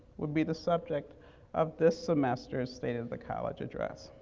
would be the subject of this semester's state of the college address.